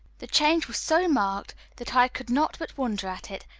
the change was so marked that i could not but wonder at it,